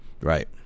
Right